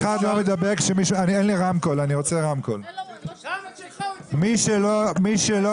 מי שלא